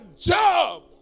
job